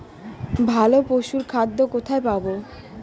ভালো পশুর খাদ্য কোথায় পাবো?